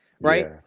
Right